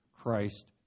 Christ